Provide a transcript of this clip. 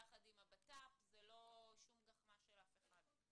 יחד עם הבט"פ, זה לא שום גחמה של אף אחד.